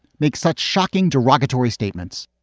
make such shocking, derogatory statements?